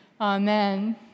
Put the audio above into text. amen